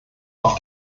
auf